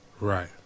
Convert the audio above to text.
Right